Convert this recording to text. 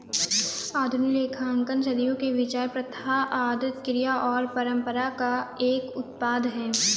आधुनिक लेखांकन सदियों के विचार, प्रथा, आदत, क्रिया और परंपरा का एक उत्पाद है